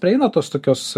praeina tos tokios